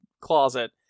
closet